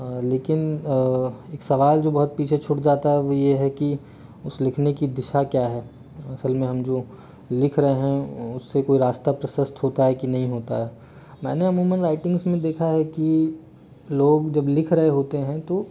लेकिन एक सावल जो बहुत पीछे छूट जाता है वो ये है कि उस लिखने की दिशा क्या है असल में हम जो लिख रहे है उससे कोई रास्ता प्रशस्त होता है कि नहीं होता है मैंने वुमन राइटिंगस में देखा है कि लोग जब लिख रहे होते हैं तो